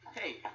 hey